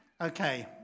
okay